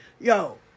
Yo